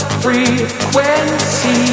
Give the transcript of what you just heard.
frequency